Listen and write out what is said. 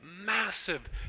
massive